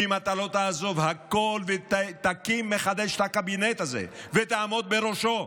ואם לא תעזוב הכול ותקים מחדש את הקבינט הזה ותעמוד בראשו,